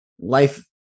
Life